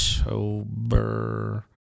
October